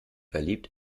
verliebt